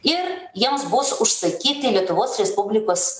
ir jiems bus užsakyti lietuvos respublikos